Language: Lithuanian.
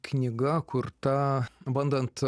knyga kurta bandant